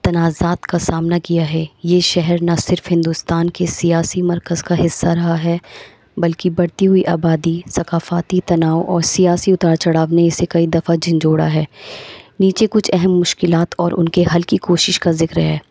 تنازعات کا سامنا کیا ہے یہ شہر نہ صرف ہندوستان کے سیاسی مرکز کا حصہ رہا ہے بلکہ بڑھتی ہوئی آبادی ثقافتی تناؤ اور سیاسی اتار چڑھاونے اسے کئی دفعہ جھنجوڑا ہے نیچے کچھ اہم مشکلات اور ان کے حل کی کوشش کا ذکر ہے